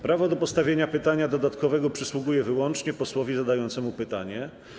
Prawo do postawienia pytania dodatkowego przysługuje wyłącznie posłowi zadającemu pytanie.